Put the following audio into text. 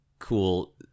Cool